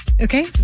Okay